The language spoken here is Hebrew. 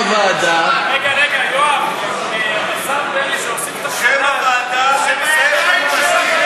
שם הוועדה: איך אני משתיק עוד חבר כנסת.